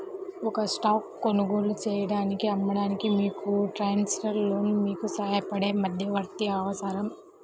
ఒక స్టాక్ కొనుగోలు చేయడానికి, అమ్మడానికి, మీకు ట్రాన్సాక్షన్లో మీకు సహాయపడే మధ్యవర్తి అవసరం